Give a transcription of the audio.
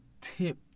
tip